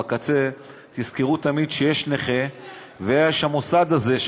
בקצה תזכרו תמיד שיש נכה ויש המוסד הזה.